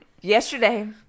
yesterday